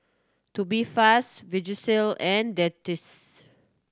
Tubifast Vagisil and